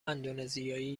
اندونزیایی